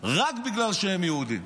רק בגלל שהם יהודים.